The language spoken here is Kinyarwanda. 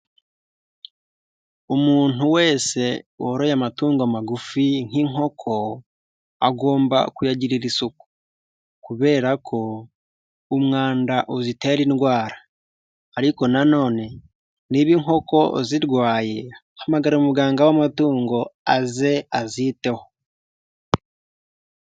Umuntu wese woroye amatungo magufi nk'inkoko agomba kuyagirira isuku kubera ko umwanda uzitera indwara ariko na none niba inkoko zirwaye hamagara muganga w'amatungo aze aziteho.